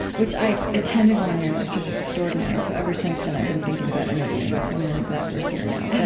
which i attended one year, and it was just extraordinary. and so, ever since then, i've been thinking about interviewing you, so i'm really glad we're here now.